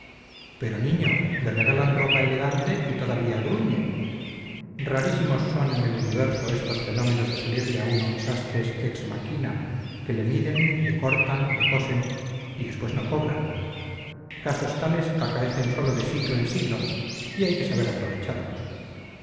pero niño le regalan ropa elegante y todavía gruñe rarísimos son en el universo estos fenómenos de salirle a uno sastres ex machina que le miden le cortan le cosen y después no cobran casos tales acaecen sólo de siglo en siglo y hay que saber aprovecharlos